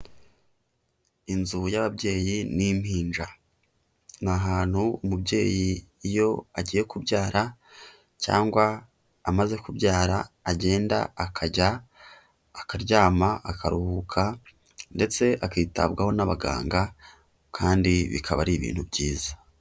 Inzu y'ababyeyi n'impinja, ni ahantu umubyeyi iyo agiye kubyara cyangwa amaze kubyara agenda akajya akaryama akaruhuka ndetse akitabwaho n'abaganga kandi bikaba ari ibintu byiza.